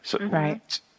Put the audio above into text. Right